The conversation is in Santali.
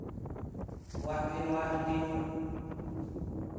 ᱩᱱᱠᱩᱣᱟᱜ ᱜᱮ ᱱᱚᱣᱟ ᱦᱟᱹᱴᱤᱧ